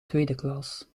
tweedeklas